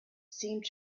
seemed